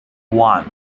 one